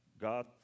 God